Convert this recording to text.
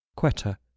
quetta